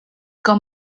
com